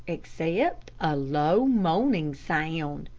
except a low, moaning sound.